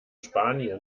spanien